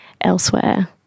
elsewhere